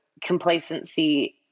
complacency